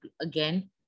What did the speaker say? again